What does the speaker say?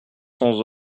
cents